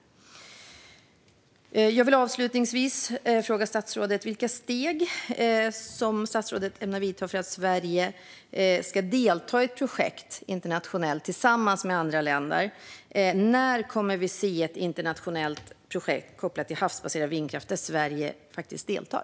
Jag vill avslutningsvis fråga statsrådet vilka steg statsrådet ämnar ta för att Sverige ska delta i ett internationellt projekt tillsammans med andra länder. När kommer vi att se ett internationellt projekt kopplat till havsbaserad vindkraft där Sverige faktiskt deltar?